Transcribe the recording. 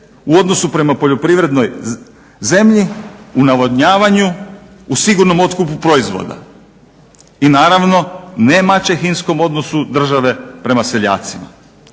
u odnosu prema poljoprivrednoj zemlji u navodnjavanju u sigurno otkupu proizvoda i naravno nemaćehinskom odnosu države prema seljacima.